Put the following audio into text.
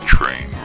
Train